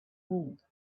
hole